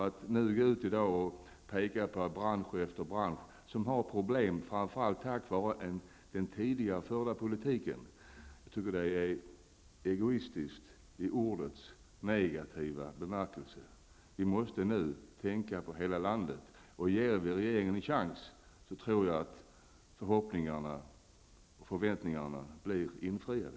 Att nu peka ut bransch efter bransch som har problem på grund av den tidigare förda politiken tycker jag är egoistiskt och nehativt. Nu måste vi tänka på hela landet. Om vi ger regeringen en chans tror jag att förhoppningarna och förväntningarna blir infriade.